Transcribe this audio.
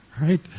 right